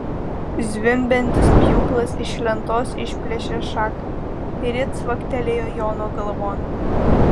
zvimbiantis pjūklas iš lentos išplėšė šaką ir ji cvaktelėjo jono galvon